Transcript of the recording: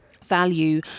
value